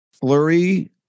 Flurry